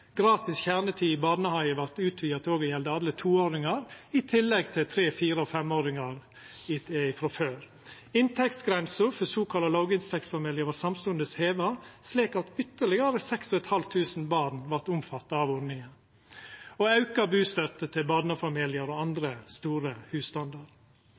Gratis kjernetid i barnehage vart utvida til å gjelda alle toåringar, i tillegg til tre-, fire- og femåringane frå før. Inntektsgrensa for såkalla låginntektsfamiliar vart heva slik at ytterlegare 6 500 barn vart omfatta av ordninga, og me auka bustøtta til barnefamiliar og andre store husstandar.